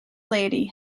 lady